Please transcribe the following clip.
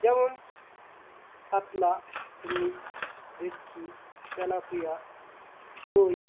যেমন কাতলা রুই ভেটকি তেলাপিয়া কই